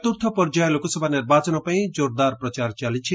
ଚତ୍ରର୍ଥ ପର୍ଯ୍ୟାୟ ଲୋକସଭା ନିର୍ବାଚନ ପାଇଁ ଜୋରଦାର ପ୍ରଚାର ଚାଲିଛି